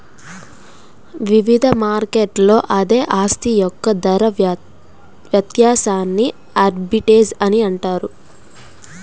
వివిధ మార్కెట్లలో అదే ఆస్తి యొక్క ధర వ్యత్యాసాన్ని ఆర్బిట్రేజ్ అని పిలుస్తారు